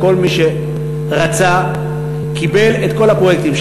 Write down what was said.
כל מי שרצה קיבל את כל הפרויקטים,